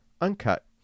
uncut